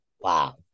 Wow